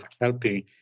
helping